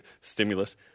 stimulus